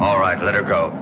all right let her go